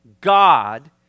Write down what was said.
God